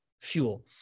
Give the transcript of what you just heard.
fuel